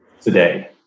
today